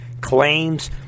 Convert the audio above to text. claims